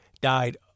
died